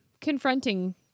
Confronting